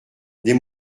des